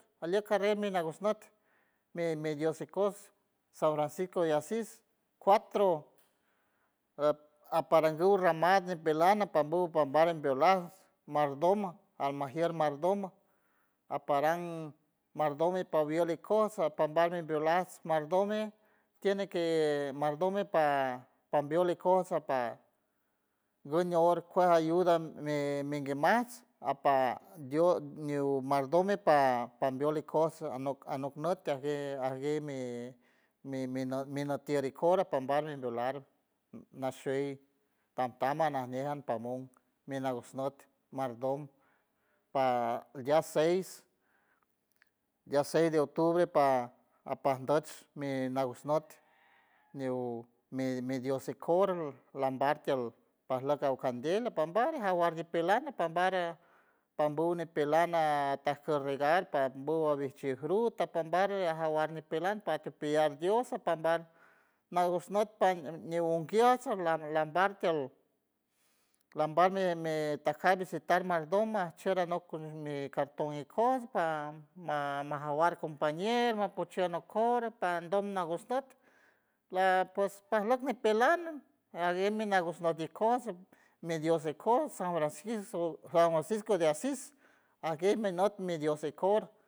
Alieck carrer mi nagush not mi- mi dios ikos san francisco de asis, cuatro a- aparangu ramad ñipelan napambu pambar mardoma almajier mardoma aparan mardom mi paw ield ikojts apambar mimbiw lajs mardome, tiene que mardome kej pambiol ikojts apa nguñ ñi or kuej ayuda mi mingui majts apa dio ñiw mardome pam pambiol ikojts anok an ok nüt ajgue mi- mi- mi notier ikor pambar iniw lar nashuey tamtamha najñe an pamon mi nagush nüt mardom pa dia seis dia seis de octubre par ajpan nduch mi nagush nüt ñiw mi dios ikor lambar tiel pajlack aojke kandel pambar jawar ñipelan apambar pambu ñipelan a- ajta cur regar pajbum ajbiwchi fruta pambar ajawar ñipelan parti piyac dios ajpambar nagush nut pa na nagushniet la- lambar lambar tiel lambar mi tajca visitar mardoma ajchier anop mi carton ikojts pa ma- majawar compañero apotchue anok cor tandom nagush nüt lapos pajlock ñipelan ajgue mi nagush nüt ikojts mi dios ikojts san francisco san francisco de asis ajgue mi nüt mi dios ikor.